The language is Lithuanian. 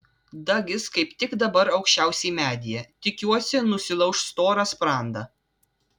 dagis kaip tik dabar aukščiausiai medyje tikiuosi nusilauš storą sprandą